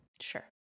Sure